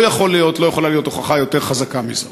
לא יכולה להיות הוכחה יותר חזקה מזו.